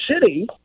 city